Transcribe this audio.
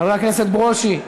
חבר הכנסת ברושי.